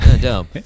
Dope